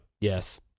yes